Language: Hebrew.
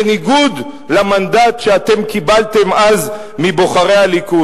בניגוד למנדט שאתם קיבלתם אז מבוחרי הליכוד.